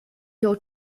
your